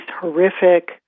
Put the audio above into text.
horrific